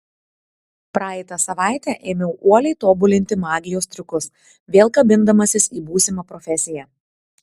praeitą savaitę ėmiau uoliai tobulinti magijos triukus vėl kabindamasis į būsimą profesiją